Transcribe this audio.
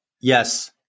Yes